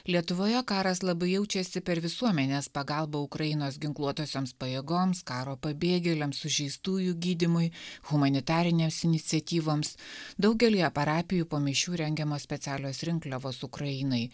lietuvoje karas labai jaučiasi per visuomenės pagalbą ukrainos ginkluotosioms pajėgoms karo pabėgėliam sužeistųjų gydymui humanitarinėms iniciatyvoms daugelyje parapijų po mišių rengiamos specialios rinkliavos ukrainai